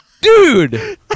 dude